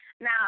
Now